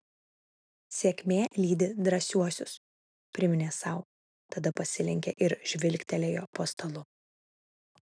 sėkmė lydi drąsiuosius priminė sau tada pasilenkė ir žvilgtelėjo po stalu